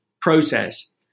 process